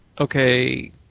Okay